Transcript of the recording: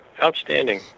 outstanding